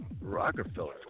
Rockefeller